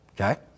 okay